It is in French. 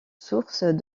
source